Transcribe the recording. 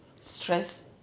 stress